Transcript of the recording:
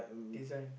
design